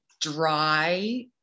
dry